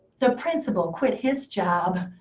the principal quit his job.